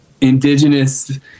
indigenous